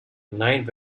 nine